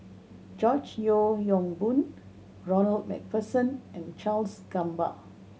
George Yeo Yong Boon Ronald Macpherson and Charles Gamba